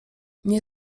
nie